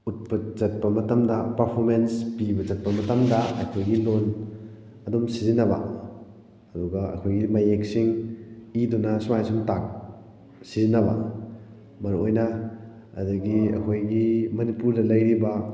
ꯎꯠꯄ ꯆꯠꯄ ꯃꯇꯝꯗ ꯄꯔꯐꯣꯔꯃꯦꯟꯁ ꯄꯤꯕ ꯆꯠꯄ ꯃꯇꯝꯗ ꯑꯩꯈꯣꯏꯒꯤ ꯂꯣꯟ ꯑꯗꯨꯝ ꯁꯤꯖꯟꯅꯕ ꯑꯗꯨꯒ ꯑꯩꯈꯣꯏꯒꯤ ꯃꯌꯦꯛꯁꯤꯡ ꯏꯗꯨꯅ ꯁꯨꯃꯥꯏꯅ ꯁꯨꯝ ꯁꯤꯖꯤꯟꯅꯕ ꯃꯔꯨ ꯑꯣꯏꯅ ꯑꯗꯒꯤ ꯑꯩꯈꯣꯏꯒꯤ ꯃꯅꯤꯄꯨꯔꯗ ꯂꯩꯔꯤꯕ